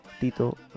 Tito